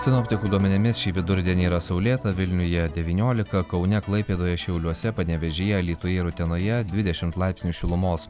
sinoptikų duomenimis šį vidurdienį yra saulėta vilniuje devyniolika kaune klaipėdoje šiauliuose panevėžyje alytuje ir utenoje dvidešim laipsnių šilumos